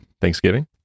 Thanksgiving